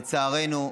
לצערנו,